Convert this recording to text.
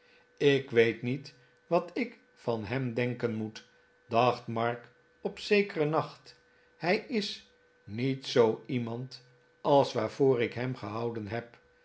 ik weet niet wat ik van hem denken moet dacht mark op zekeren nacht hij is niet zoo iemand als waarvoor ik hem gehouden heb